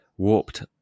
warped